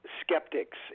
skeptics